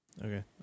Okay